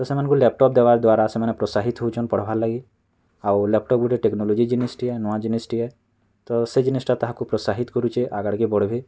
ଆଉ ସେମାନଙ୍କୁ ଲାପଟୋପ୍ ଦେବା ଦ୍ଵାରା ସେମାନେ ପ୍ରୋତ୍ସାହିତ ହଉଛନ୍ ପଢ଼୍ବାର୍ ଲାଗି ଆଉ ଲାପଟୋପ୍ ଗୋଟେ ଟେକ୍ନୋଲୋଜି ଜିନିଷ୍ଟେ ନୂଆ ଜିନିଷ୍ଟେ ତ ସେହି ଜିନିଷ୍ଟା ତାହାକୁ ପ୍ରୋତ୍ସାହିତ କରୁଛେ ଆଗଡ଼୍କେ ବଢ଼୍ବେ